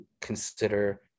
consider